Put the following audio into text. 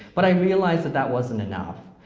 but i realized that that wasn't enough.